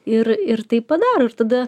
ir ir tai padaro ir tada